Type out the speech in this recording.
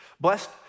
Blessed